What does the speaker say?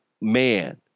man